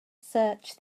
search